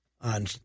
on